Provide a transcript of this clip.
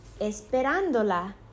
esperándola